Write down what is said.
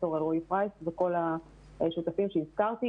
דוקטור שרון אלרעי וכל השותפים שהזכרתי.